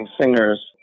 singers